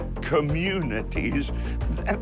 communities